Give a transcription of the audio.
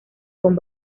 con